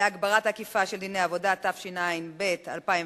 להגברת האכיפה של דיני עבודה, התשע"ב 2011,